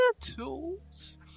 tools